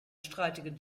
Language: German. streitigen